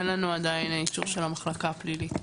אין לנו עדיין אישור של המחלקה הפלילית,